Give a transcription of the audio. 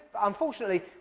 unfortunately